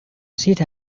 seat